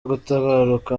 gutabaruka